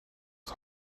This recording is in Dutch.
het